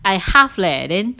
I half leh then